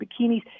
bikinis